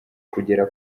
kugera